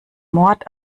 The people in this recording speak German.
mord